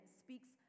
speaks